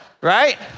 right